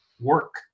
work